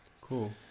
cool